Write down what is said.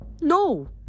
No